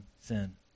sin